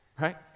Right